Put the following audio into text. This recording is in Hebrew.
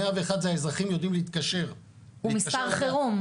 101 זה האזרחים יודעים להתקשר -- הוא מספר חירום.